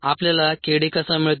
आपल्याला k d कसा मिळतो